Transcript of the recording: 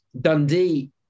Dundee